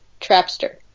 trapster